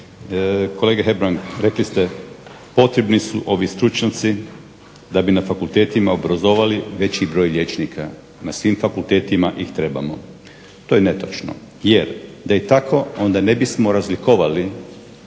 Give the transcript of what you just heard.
Kolega Hebrang rekli ste potrebni su ovi stručnjaci da bi obrazovali na fakultetima veći broj liječnika, na svim fakultetima ih trebamo. To je netočno. Da je tako onda bismo razlikovali